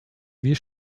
wir